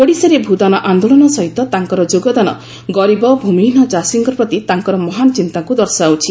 ଓଡିଶାରେ ଭୁଦାନ୍ ଆନ୍ଦୋଳନ ସହିତ ତାଙ୍କର ଯୋଗଦାନ ଗରିବ ଭୂମିହୀନ ଚାଷୀଙ୍କ ପ୍ରତି ତାଙ୍କର ଚିନ୍ତାକୁ ଦର୍ଶାଉଛି